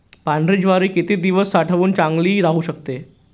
पांढरी ज्वारी किती दिवस साठवून चांगली राहू शकते?